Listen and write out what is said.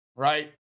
Right